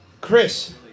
Chris